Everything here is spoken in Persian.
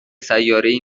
سیارهای